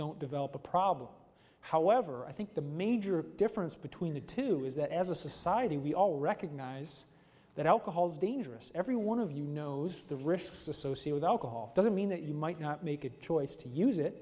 don't develop a problem however i think the major difference between the two is that as a society we all recognize that alcohol is dangerous everyone of you knows the risks associated alcohol doesn't mean that you might not make a choice to use it